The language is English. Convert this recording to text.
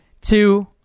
two